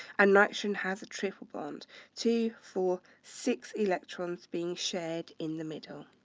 and nitrogen has a triple bond two, four, six electrons being shared in the middle.